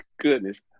goodness